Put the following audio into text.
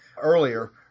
earlier